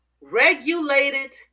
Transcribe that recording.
regulated